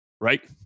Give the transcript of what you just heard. Right